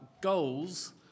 goals